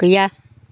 गैया